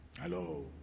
Hello